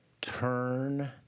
turn